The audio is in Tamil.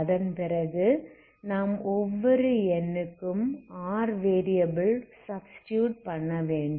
அதன்பிறகு நாம் ஒவ்வொரு n க்கும் r வேரியபில் சப்ஸ்டிடுயுட் பண்ணவேண்டும்